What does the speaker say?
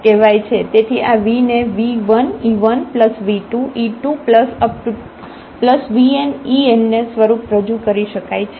તેથી આ v ને v1e1v2e2vnen સ્વરૂપે રજુ કરી શકાય છે